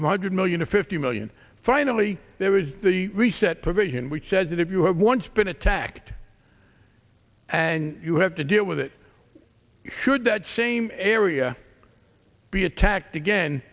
from hundred million to fifty million finally there is the reset provision which says that if you have once been attacked and you have to deal with it should that same area be attacked again